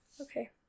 Okay